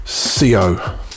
CO